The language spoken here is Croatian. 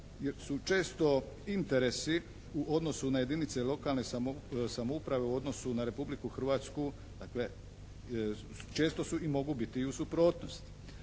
su često interesi u odnosu na jedinice lokalne samouprave u odnosu na Republiku Hrvatsku, dakle često su i mogu biti u suprotnosti.